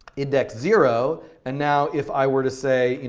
index. zero and now if i were to say,